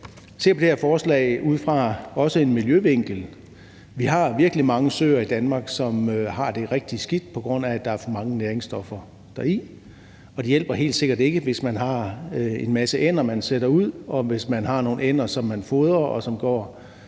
se på det her forslag ud fra en miljøvinkel. Vi har rigtig mange søer i Danmark, som har det rigtig skidt, på grund af at der er for mange næringsstoffer deri, og det hjælper helt sikkert ikke, hvis man har en masse ænder, som man sætter ud, og hvis man har nogle ænder, som man fodrer, og som